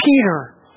Peter